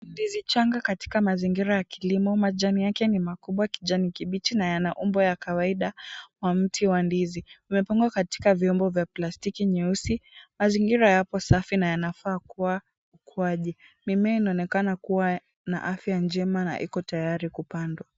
Ndizi changa katika mazingira ya kilimo majani yake ni makubwa kijani kibichi na yana umbo ya kawaida mwa mti wa ndizi. Wamepangwa katika vyombo vya plastiki nyeusi, mazingira yapo safi na yanafaa kuwa ukwaji. Mimea inaonekana kuwa na afya njema na iko tayari kupandwa.